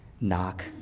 knock